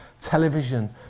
television